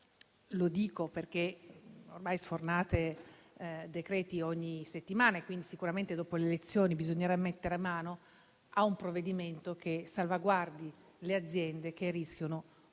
Lo dico perché ormai sfornate decreti ogni settimana e quindi sicuramente dopo le elezioni bisognerà mettere mano a un provvedimento che salvaguardi le aziende che rischiano il